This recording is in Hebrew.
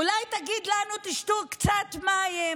אולי תגיד לנו: תשתו קצת מים